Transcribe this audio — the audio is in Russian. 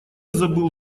забыл